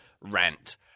rant